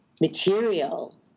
material